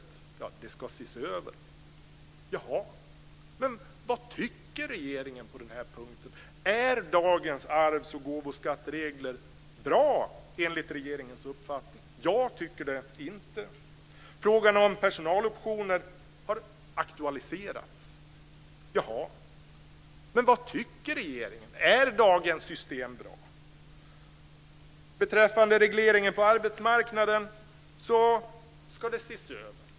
Ja, det ska ses över. Jaha. Men vad tycker regeringen på den här punkten? Är dagens arvs och gåvoskatteregler bra enligt regeringens uppfattning? Det tycker inte jag. Frågan om personaloptioner har aktualiserats. Jaha. Men vad tycker regeringen? Är dagens system bra? Beträffande regleringen på arbetsmarknaden ska det ses över.